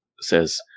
Says